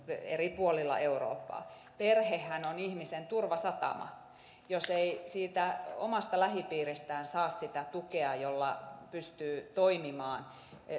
eri puolilla eurooppaa perhehän on ihmisen turvasatama jos ei siitä omasta lähipiiristään saa sitä tukea jolla pystyy toimimaan